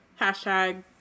Hashtag